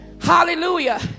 hallelujah